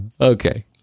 Okay